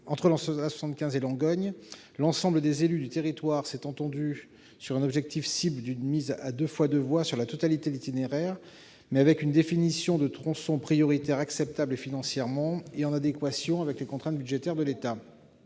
entre l'A 75 et Langogne, l'ensemble des élus du territoire se sont entendus sur un objectif cible d'une mise à 2x2 voies sur la totalité de l'itinéraire, mais avec une définition de tronçons prioritaires acceptables financièrement et en adéquation avec les contraintes budgétaires de l'État.